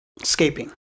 escaping